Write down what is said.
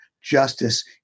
justice